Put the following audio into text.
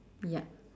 yup